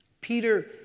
Peter